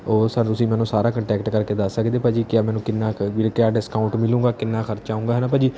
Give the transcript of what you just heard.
ਉਹ ਸਰ ਤੁਸੀਂ ਮੈਨੂੰ ਸਾਰਾ ਕੰਟੈਕਟ ਕਰਕੇ ਦੱਸ ਸਕਦੇ ਭਾਅ ਜੀ ਕਿਆ ਮੈਨੂੰ ਕਿੰਨਾ ਕੁ ਕਿਆ ਡਿਸਕਾਊਂਟ ਮਿਲੇਗਾ ਕਿੰਨਾ ਖਰਚਾ ਆਵੇਗਾ ਹੈ ਨਾ ਭਾਅ ਜੀ